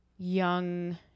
young